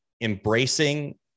embracing